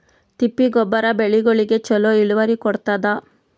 ತಿಪ್ಪಿ ಗೊಬ್ಬರ ಬೆಳಿಗೋಳಿಗಿ ಚಲೋ ಇಳುವರಿ ಕೊಡತಾದ?